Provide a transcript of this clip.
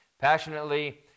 Passionately